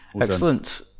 Excellent